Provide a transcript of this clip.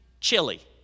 chili